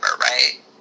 right